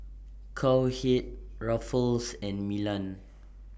Cowhead Ruffles and Milan